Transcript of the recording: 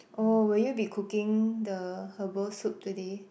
oh will you be cooking the herbal soup today